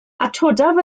atodaf